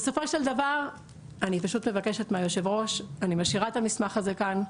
בסופו של דבר אני פשוט מבקשת מיושב הראש אני משאירה את המסמך הזה כאן,